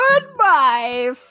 Goodbye